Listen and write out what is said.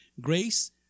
grace